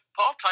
Paul